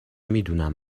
میدونم